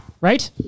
Right